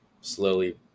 slowly